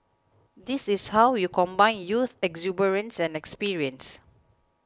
this is how you combine youth exuberance and experience